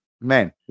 Man